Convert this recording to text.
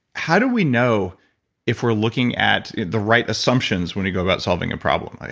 how do we know if we're looking at the right assumptions when you go about solving a problem? like